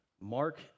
Mark